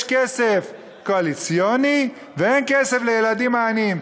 הנה, יש כסף קואליציוני ואין כסף לילדים העניים.